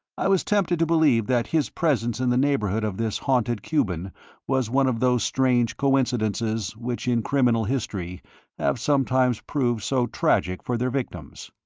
i was tempted to believe that his presence in the neighbourhood of this haunted cuban was one of those strange coincidences which in criminal history have sometimes proved so tragic for their victims.